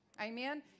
amen